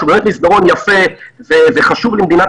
שהוא באמת מסדרון יפה וחשוב למדינת